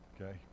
okay